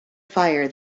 fire